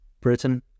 Britain